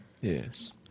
Yes